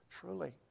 truly